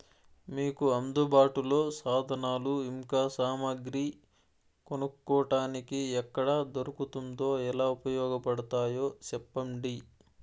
మీకు అందుబాటులో సాధనాలు ఇంకా సామగ్రి కొనుక్కోటానికి ఎక్కడ దొరుకుతుందో ఎలా ఉపయోగపడుతాయో సెప్పండి?